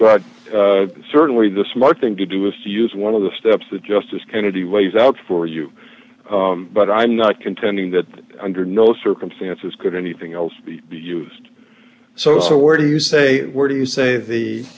but certainly the smart thing to do is to use one of the steps that justice kennedy lays out for you but i'm not contending that under no circumstances could anything else be used so where do you say where do you say the